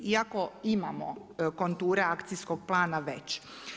Iako imamo konture akcijskog plana već.